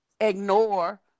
ignore